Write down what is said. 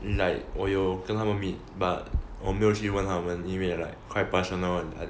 like 我有跟他们 meet but 我没有去问他们 like quite personal [one]